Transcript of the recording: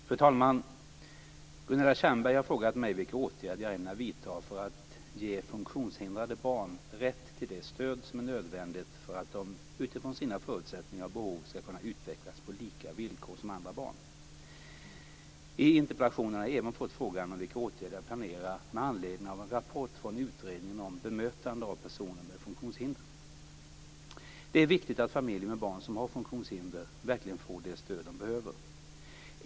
Fru talman! Gunilla Tjernberg har frågat mig vilka åtgärder jag ämnar vidta för att ge funktionshindrade barn rätt till det stöd som är nödvändigt för att de utifrån sina förutsättningar och behov skall kunna utvecklas på lika villkor som andra barn. I interpellationen har jag även fått frågan om vilka åtgärder jag planerar med anledning av en rapport från utredningen om bemötande av personer med funktionshinder. Det är viktigt att familjer med barn som har funktionshinder verkligen får det stöd de behöver.